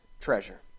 treasure